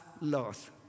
loss